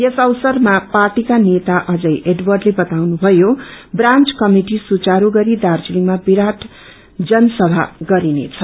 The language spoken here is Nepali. यस अवसरमा पार्टीका नेता अजय एडवर्डले बताउनु भयो ब्रान्च कभिटि सुचारू गरी दार्जीलिङमा विराट जनसभा गरिनेछ